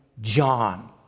John